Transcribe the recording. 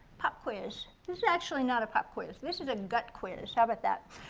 pop quiz. this is actually not a pop quiz. this is a gut quiz. how about that?